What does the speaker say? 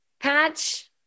patch